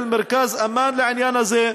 של מרכז "אמאן" לעניין הזה,